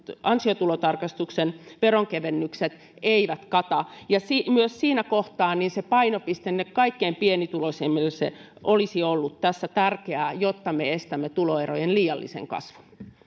ansiotuloverotarkistuksen veronkevennykset eivät kata myös siinä kohtaa se painopiste niille kaikkein pienituloisimmille olisi ollut tässä tärkeää jotta me estämme tuloerojen liiallisen kasvun